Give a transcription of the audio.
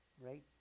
right